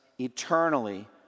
eternally